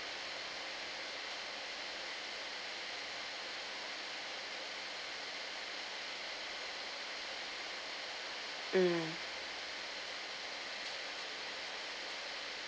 mm